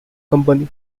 company